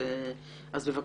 בבקשה.